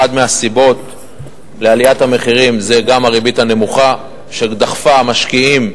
אחת מהסיבות לעליית המחירים היא הריבית הנמוכה שדחפה משקיעים